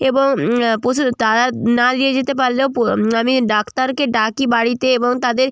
এবং পশু তারা না গিয়ে যেতে পারলেও আমি ডাক্তারকে ডাকি বাড়িতে এবং তাদের